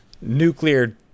nuclear